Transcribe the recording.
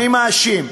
אני מאשים: